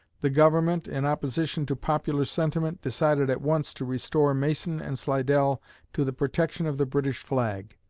the government, in opposition to popular sentiment, decided at once to restore mason and slidell to the protection of the british flag.